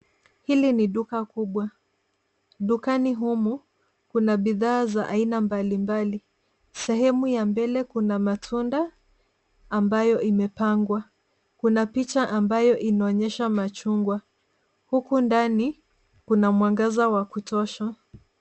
Hili ni duka kubwa. Dukani humu, Kuna bidhaa za aina mbalimbali. Sehemu ya mbele kuna matunda ambayo yamepangwa. Kuna picha inayoonyesha machungwa. Humo ndani, kuna mwangaza wa kutosha.